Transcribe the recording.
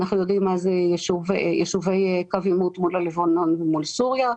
אנחנו יודעים מה זה יישובי קו עימות מול הלבנון ומול סוריה,